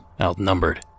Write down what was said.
outnumbered